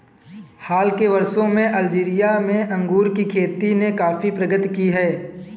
हाल के वर्षों में अल्जीरिया में अंगूर की खेती ने काफी प्रगति की है